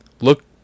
look